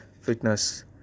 fitness